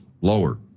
lower